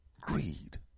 Greed